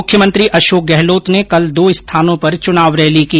मुख्यमंत्री अशोक गहलोत ने कल दो स्थानों पर चुनाव रैली की